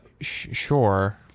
Sure